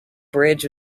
bridge